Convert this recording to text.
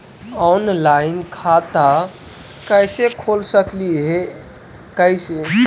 Online खाता कैसे खोल सकली हे कैसे?